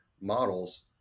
models